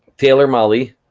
taylor mali,